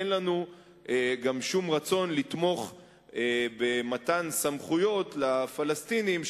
אין לנו גם שום רצון לתמוך במתן סמכויות לפלסטינים,